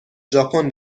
ژاپن